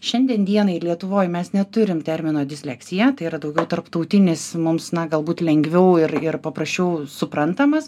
šiandien dienai lietuvoj mes neturim termino disleksija tai yra daugiau tarptautinis mums na galbūt lengviau ir ir paprasčiau suprantamas